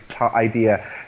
idea